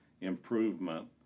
improvement